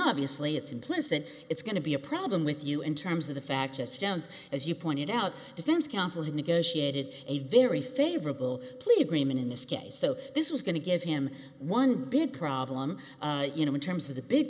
obviously it's implicit it's going to be a problem with you in terms of the facts as jones as you pointed out defense counsel who negotiated a very favorable plead greenman in this case so this was going to give him one big problem you know in terms of the big